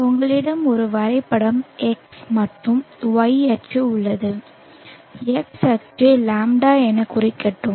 உங்களிடம் ஒரு வரைபடம் X மற்றும் y அச்சு உள்ளது x அச்சை λ என குறிக்கட்டும்